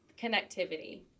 connectivity